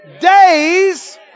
days